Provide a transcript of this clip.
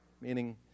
meaning